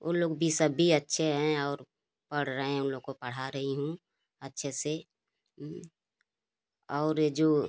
उ लोग भी सभी अच्छे हैं और पढ़ रहें हैं उन लोग को पढ़ा रही हूँ अच्छे से और जो